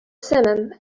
simum